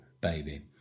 baby